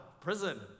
prison